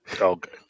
Okay